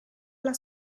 alla